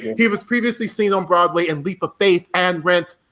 he was previously seen on broadway in leap of faith and rent.